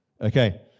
Okay